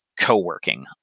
co-working